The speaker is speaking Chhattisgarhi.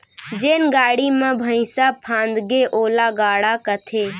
जेन गाड़ी म भइंसा फंदागे ओला गाड़ा कथें